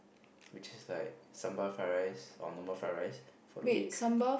which is like sambal fried rice or normal fried rice for the weak